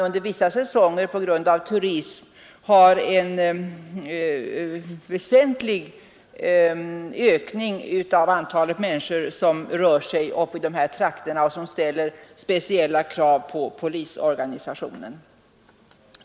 Under vissa säsonger medför turismen en väsentlig ökning av det antal människor som rör sig i dessa trakter, vilket ställer speciella krav på polisorganisationen.